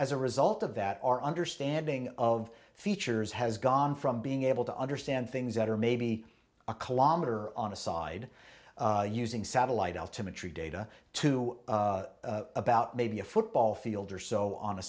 as a result of that our understanding of features has gone from being able to understand things that are maybe a kilometer on a side using satellite altimetry data to about maybe a football field or so on a